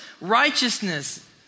righteousness